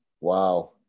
Wow